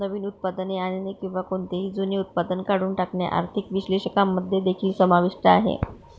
नवीन उत्पादने आणणे किंवा कोणतेही जुने उत्पादन काढून टाकणे आर्थिक विश्लेषकांमध्ये देखील समाविष्ट आहे